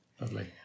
Lovely